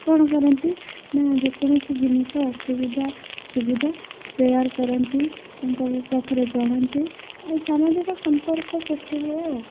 କ'ଣ କରନ୍ତି ନା ଯେକୌଣସି ଜିନିଷ ଅସୁବିଧା ସୁବିଧା ସେୟାର୍ କରନ୍ତି ତାଙ୍କ ପାଖରେ ଜଣାନ୍ତି ଆଉ ସାମାଜିକ ସମ୍ପର୍କ ସୃଷ୍ଟି ହୁଏ ଆଉ